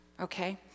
okay